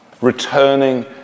returning